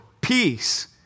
peace